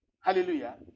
Hallelujah